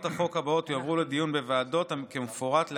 החוק הבאות יועברו לדיון בוועדות כמפורט להלן: